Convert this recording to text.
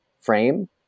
frame